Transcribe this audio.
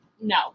No